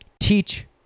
teach